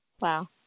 wow